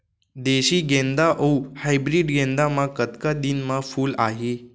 देसी गेंदा अऊ हाइब्रिड गेंदा म कतका दिन म फूल आही?